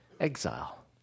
exile